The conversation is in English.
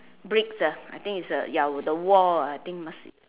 bricks ah I think it's uh ya with the wall I think ya must